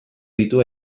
ditu